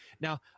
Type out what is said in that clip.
now